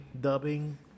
dubbing